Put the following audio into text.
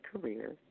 career